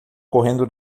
correndo